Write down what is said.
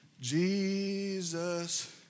Jesus